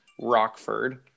Rockford